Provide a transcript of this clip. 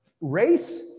Race